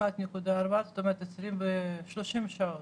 זאת אומרת 30 שעות.